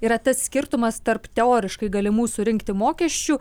yra tas skirtumas tarp teoriškai galimų surinkti mokesčių